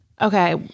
Okay